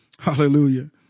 Hallelujah